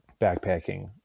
backpacking